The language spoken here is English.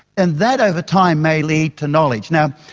and that over time may lead to knowledge. now,